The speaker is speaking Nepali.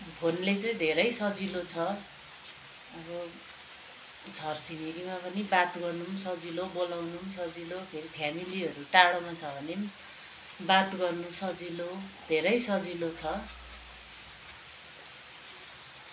फोनले चाहिँ धेरै सजिलो छ अब छर छिमेकीमा पनि बात गर्नु पनि सजिलो बोलाउनु पनि सजिलो फेरि फेमिलीहरू टाढोमा छ भने पनि बात गर्नु सजिलो धेरै सजिलो छ